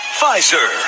Pfizer